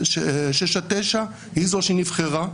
שש עד תשע, היא זו שנבחרה,